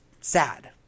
sad